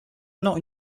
not